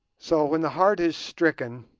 so, when the heart is stricken,